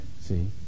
see